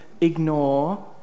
ignore